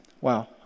wow